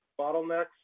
bottlenecks